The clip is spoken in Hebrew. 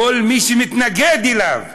כל מי שמתנגד אליו,